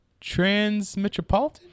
Transmetropolitan